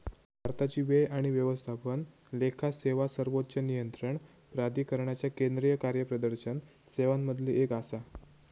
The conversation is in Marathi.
भारताची व्यय आणि व्यवस्थापन लेखा सेवा सर्वोच्च नियंत्रण प्राधिकरणाच्या केंद्रीय कार्यप्रदर्शन सेवांमधली एक आसा